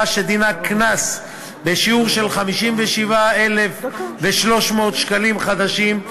שדינה קנס בשיעור של 75,300 שקלים חדשים,